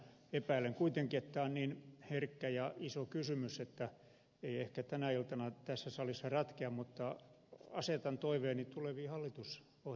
epäilen kuitenkin että tämä on niin herkkä ja iso kysymys että ei ehkä tänä iltana tässä salissa ratkea mutta asetan toiveeni tuleviin hallitusohjelmaneuvotteluihin